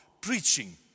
preaching